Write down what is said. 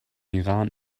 iran